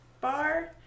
Bar